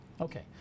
okay